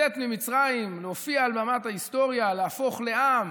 לצאת ממצרים, להופיע על במת ההיסטוריה, להפוך לעם